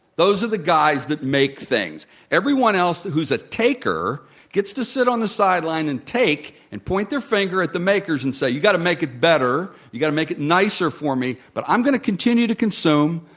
those are the guys that make things. everyone else who's a taker gets to sit on the sideline and take and point their finger at the makers and say, you got to make it better. you got to make it nicer for me, but i'm going to continue to consume,